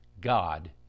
God